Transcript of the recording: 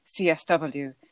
CSW